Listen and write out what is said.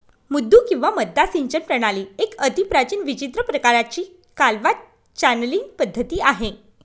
मुद्दू किंवा मद्दा सिंचन प्रणाली एक अतिप्राचीन विचित्र प्रकाराची कालवा चॅनलींग पद्धती आहे